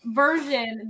version